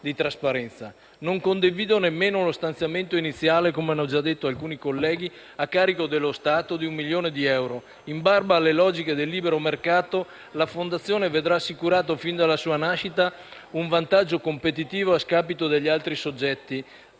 Non condivido nemmeno lo stanziamento iniziale, come hanno già detto alcuni colleghi, a carico dello Stato, di un milione di euro. In barba alle logiche del libero mercato, la fondazione vedrà assicurato fin dalla sua nascita un vantaggio competitivo a scapito degli altri soggetti